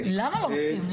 למה לא מתאים?